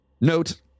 Note